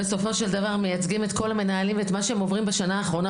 בסופו של דבר מייצגים את כל המנהלים ואת מה שהם עוברים בשנה האחרונה,